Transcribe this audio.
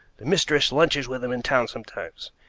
the mistress lunches with him in town sometimes.